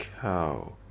cow